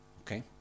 Okay